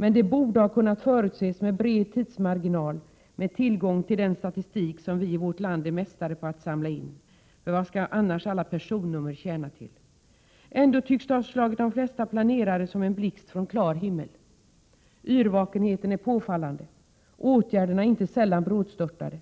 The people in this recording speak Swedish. Men det borde ha kunnat förutses med bred tidsmarginal med tillgång till den statistik som vi i vårt land är mästare på att samla in. Vad skall annars alla personnummer tjäna till? Ändå tycks det för de flesta planerare ha kommit som en blixt från klar himmel. Yrvakenheten är påfallande, åtgärderna inte sällan brådstörtade.